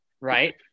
Right